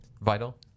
vital